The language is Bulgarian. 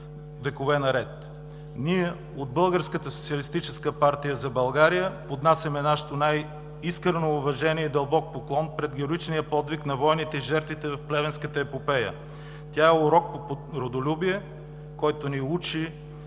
партия за България поднасяме нашето най-искрено уважение и дълбок поклон пред героичния подвиг на войните и жертвите в Плевенската епопея. Тя е урок по родолюбие, който ни учи